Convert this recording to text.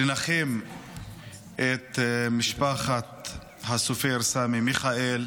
לנחם את משפחת הסופר סמי מיכאל,